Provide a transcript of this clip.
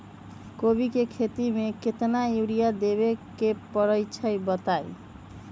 कोबी के खेती मे केतना यूरिया देबे परईछी बताई?